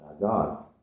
God